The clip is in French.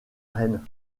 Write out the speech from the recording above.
reine